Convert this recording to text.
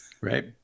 Right